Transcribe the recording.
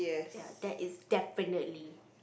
ya that is definitely